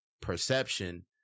perception